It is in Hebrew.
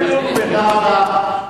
תודה רבה.